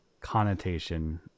connotation